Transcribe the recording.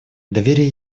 доверие